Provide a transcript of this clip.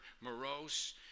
morose